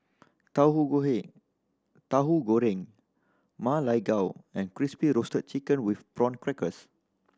tahu Tahu Goreng Ma Lai Gao and Crispy Roasted Chicken with Prawn Crackers